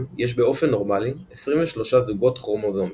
יש באופן נורמלי 23 זוגות כרומוזומים.